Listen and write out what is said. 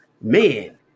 Man